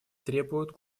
требуют